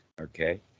okay